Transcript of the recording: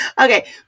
okay